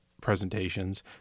presentations